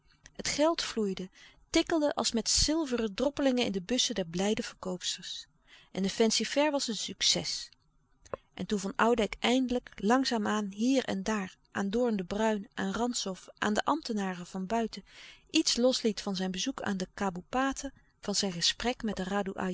het geld vloeide tikkelde als met zilveren droppelingen louis couperus de stille kracht in de bussen der blijde verkoopsters en de fancy-fair was een succes en toen van oudijck eindelijk langzaam aan hier en daar aan doorn de bruijn aan rantzow aan de ambtenaren van buiten iets losliet van zijn bezoek aan de kaboepaten van zijn gesprek met de